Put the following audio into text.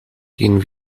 gehen